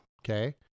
okay